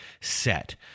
set